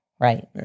Right